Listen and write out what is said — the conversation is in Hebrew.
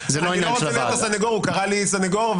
הוא קרא לי סנגור,